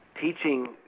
Teaching